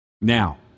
Now